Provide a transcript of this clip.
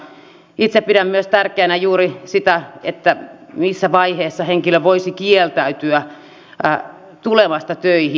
itse pidän myös tärkeänä juuri sitä että missä vaiheessa henkilö voisi kieltäytyä tulemasta töihin